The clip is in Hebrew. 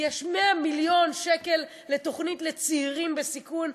יש 100 מיליון שקל לתוכנית לצעירים בסיכון?